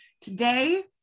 Today